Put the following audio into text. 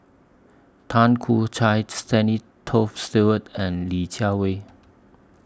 Tan Choo Kai Stanley Toft Stewart and Li Jiawei